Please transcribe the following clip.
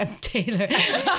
Taylor